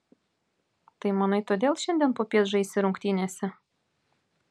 tai manai todėl šiandien popiet žaisi rungtynėse